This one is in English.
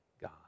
God